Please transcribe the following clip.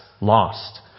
lost